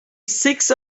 six